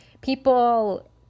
people